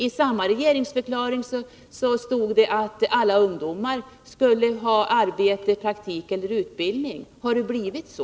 I samma regeringsförklaring hette det att alla ungdomar skulle ha arbete, praktik eller utbildning. Har det blivit så?